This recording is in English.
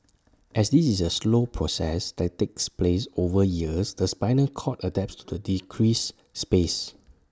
as this is A slow process that takes place over years the spinal cord adapts to the decreased space